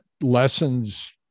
lessons